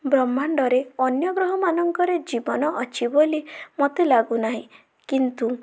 ବ୍ରହ୍ମାଣ୍ଡରେ ଅନ୍ୟ ଗ୍ରହ ମାନଙ୍କରେ ଜୀବନ ଅଛି ବୋଲି ମୋତେ ଲାଗୁନାହିଁ କିନ୍ତୁ